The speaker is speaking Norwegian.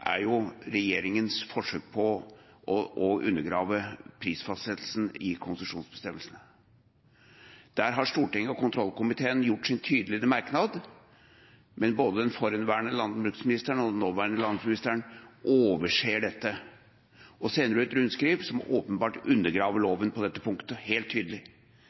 er regjeringens forsøk på å undergrave prisfastsettelsen i konsesjonsbestemmelsene. Der har Stortinget og kontrollkomiteen gitt sin tydelige merknad, men både den forhenværende og den nåværende landbruksministeren overser dette og sender ut rundskriv som åpenbart undergraver loven på dette punktet – helt tydelig.